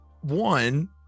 One